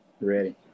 Ready